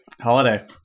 holiday